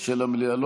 של המליאה.